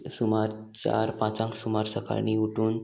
सुमार चार पांचांक सुमार सकाळीं उठून